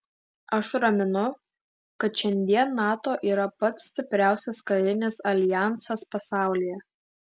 aš raminu kad šiandien nato yra pats stipriausias karinis aljansas pasaulyje